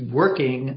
working